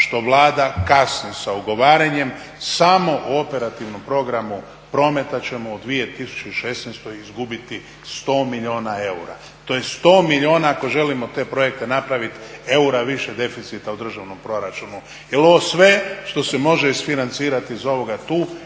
što Vlada kasni sa ugovaranjem samo u operativnom programu prometa ćemo u 2016. izgubiti 100 milijuna eura. To je 100 milijuna, ako želimo te projekte napraviti, eura više deficita u državnom proračunu. Jel ovo sve što se može isfinancirati iz ovoga tu